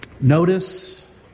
Notice